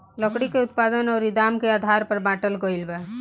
लकड़ी के उत्पादन अउरी दाम के आधार पर बाटल गईल बा